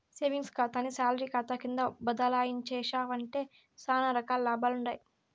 savings కాతాని salary కాతా కింద బదలాయించేశావంటే సానా రకాల లాభాలుండాయి